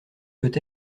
peut